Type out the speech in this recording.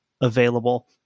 available